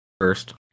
first